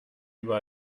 über